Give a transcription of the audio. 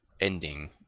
ending